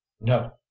no